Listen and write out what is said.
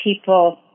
people